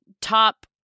top